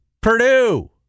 Purdue